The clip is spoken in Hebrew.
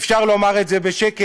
אפשר לומר את זה בשקט,